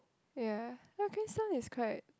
ya okay some is quite